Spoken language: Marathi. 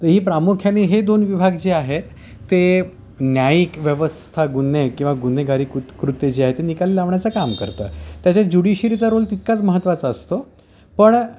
तर ही प्रामुख्याने हे दोन विभाग जे आहेत ते न्यायिक व्यवस्था गुन्हे किंवा गुन्हेगारी कृ कृत्य जे आहे ते निकाले लावण्याचं काम करतं त्याच्यात जुडिशिरीचा रोल तितकाच महत्त्वाचा असतो पण